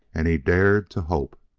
and he dared to hope.